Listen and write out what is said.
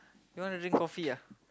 you want to drink coffee ah